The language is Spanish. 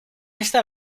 esta